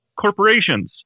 corporations